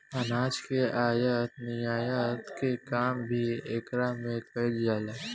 अनाज के आयत निर्यात के काम भी एकरा में कईल जाला